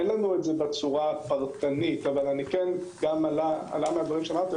אין לנו בצורה פרטנית אבל עלה מהדברים שאמרתי,